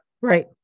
Right